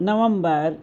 November